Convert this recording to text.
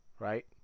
Right